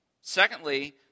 Secondly